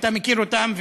אתה מכיר אותם,